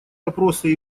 вопросы